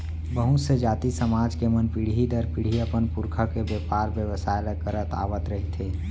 बहुत से जाति, समाज के मन पीढ़ी दर पीढ़ी अपन पुरखा के बेपार बेवसाय ल करत आवत रिहिथे